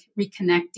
reconnecting